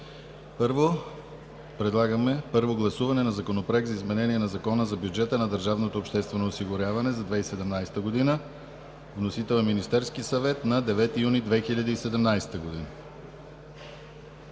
2017 г. „1. Първо гласуване на Законопроекта за изменение на Закона за бюджета на държавното обществено осигуряване за 2017 г. Вносител е Министерският съвет на 9 юни 2017 г.